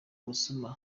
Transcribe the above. busuma